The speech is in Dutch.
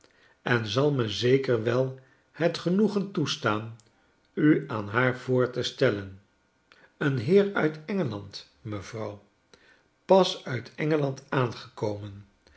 en zal me zeker wel het genoegen toestaan u aan haar voor te stellen een heer uit en gel and mevrouw pas uit